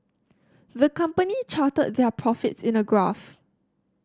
the company charted their profits in a graph